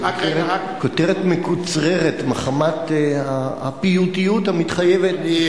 זו כותרת מקוצרת מחמת הפיוטיות המתחייבת משום,